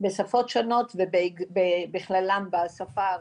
בשפות שונות ובכללם בשפה הערבית.